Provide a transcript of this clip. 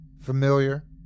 familiar